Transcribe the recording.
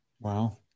Wow